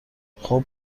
خوب